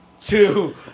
Two